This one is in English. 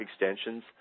extensions